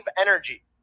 energy